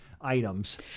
items